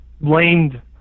blamed